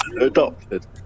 adopted